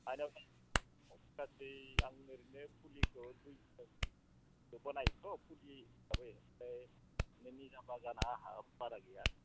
आंनियावथ' ओरैनो गासै फुलिया दुइ बोसोर बानायोथ' फुलि हिसाबै ओमफ्राय बे निजा बागाना बारा गैया